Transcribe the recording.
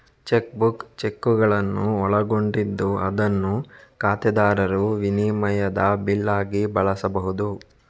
check book ಚೆಕ್ಕುಗಳನ್ನು ಒಳಗೊಂಡಿದ್ದು ಅದನ್ನು ಖಾತೆದಾರರು ವಿನಿಮಯದ ಬಿಲ್ ಆಗಿ ಬಳಸ್ಬಹುದು